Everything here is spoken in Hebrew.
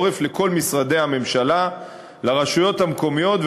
העורף לכל משרדי הממשלה ולרשויות המקומיות,